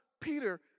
Peter